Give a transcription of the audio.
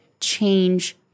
change